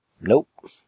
Nope